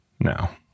now